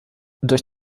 durch